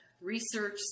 research